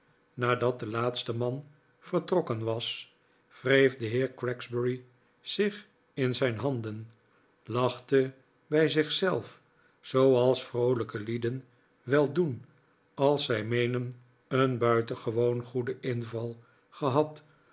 nadat de laatste man vertrokken was wreef de heer gregsbury zich in zijn handen lachte bij zich zelf zooals vroolijke lieden wel doen als zij meenen een buitengewoon goeden inval gehad